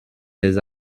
des